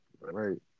Right